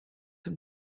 him